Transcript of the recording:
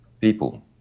people